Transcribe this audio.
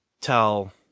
tell